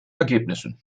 ergebnissen